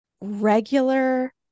regular